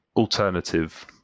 Alternative